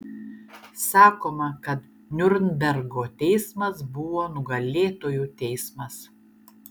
sakoma kad niurnbergo teismas buvo nugalėtojų teismas